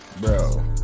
bro